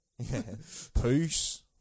Peace